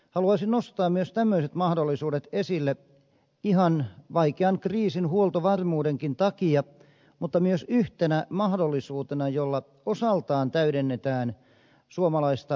haluaisin nostaa myös tämmöiset mahdollisuudet esille ihan vaikean kriisin huoltovarmuudenkin takia mutta myös yhtenä mahdollisuutena jolla osaltaan täydennetään suomalaista sähköntuotantoa